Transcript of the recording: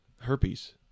Herpes